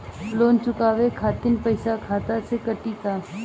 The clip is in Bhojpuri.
लोन चुकावे खातिर पईसा खाता से कटी का?